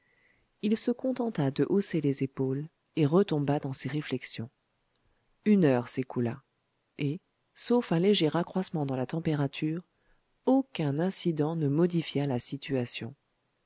il se contenta de hausser les épaules et retomba dans ses réflexions une heure s'écoula et sauf un léger accroissement dans la température aucun incident ne modifia la situation